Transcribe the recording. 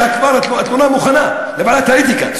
כבר התלונה מוכנה לוועדת האתיקה,